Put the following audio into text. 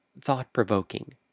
thought-provoking